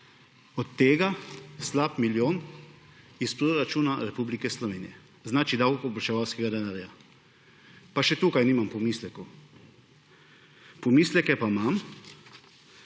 od tega slab milijon iz proračuna Republike Slovenije; znači davkoplačevalskega denarja. Pa še tukaj nimam pomislekov. Pomisleke pa imam,